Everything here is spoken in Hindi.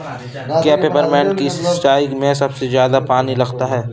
क्या पेपरमिंट की सिंचाई में सबसे ज्यादा पानी लगता है?